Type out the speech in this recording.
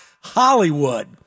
Hollywood